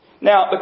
Now